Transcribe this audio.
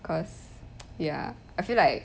cause ya I feel like